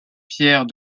pierre